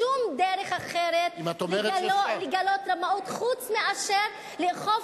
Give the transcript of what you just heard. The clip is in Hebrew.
שום דרך אחרת לגלות רמאות חוץ מאשר לאכוף